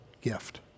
gift